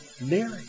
Mary